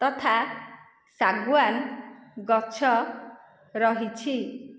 ତଥା ଶାଗୁଆନ ଗଛ ରହିଛି